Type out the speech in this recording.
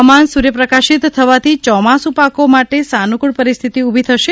હવામાન સૂર્યપ્રકાશિત થવાથી ચોમાસુ પાકો માટે સાનુક્રળ પરિસ્થિતિ ઉભી થશે